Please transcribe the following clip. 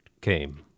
came